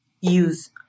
use